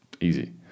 Easy